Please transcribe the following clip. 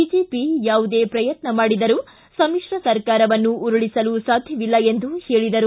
BJP ಯಾವುದೇ ಪ್ರಯತ್ನ ಮಾಡಿದರೂ ಸಮಿತ್ರ ಸರ್ಕಾರವನ್ನು ಉರುಳಿಸಲು ಸಾಧ್ಯವಿಲ್ಲ ಎಂದು ಹೇಳಿದರು